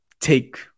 take